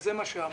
וזה מה שאמרנו,